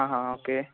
हा हा ओके